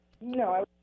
No